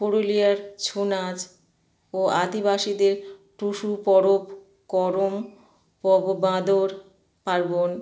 পুরুলিয়ার ছৌ নাচ ও আদিবাসীদের টুসু পরব করম পব বাঁদর পার্বণ